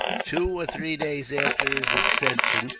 two or three days after his accession,